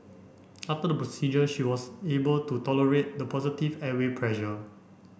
after the procedure she was able to tolerate the positive airway pressure